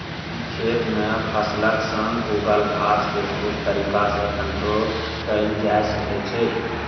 खेत मे फसलक संग उगल घास केँ बहुत तरीका सँ कंट्रोल कएल जा सकै छै